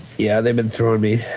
yeah, they been throwing me